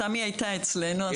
תמי הייתה אצלנו.